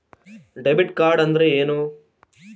Debit card ಅಂದ್ರೇನು?